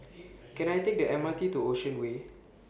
Can I Take The M R T to Ocean Way